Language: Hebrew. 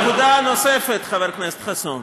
נקודה נוספת, חבר הכנסת חסון,